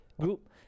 group